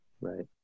Right